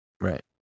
right